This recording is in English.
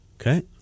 Okay